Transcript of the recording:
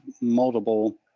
multiple